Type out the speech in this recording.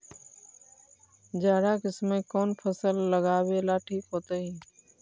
जाड़ा के समय कौन फसल लगावेला ठिक होतइ?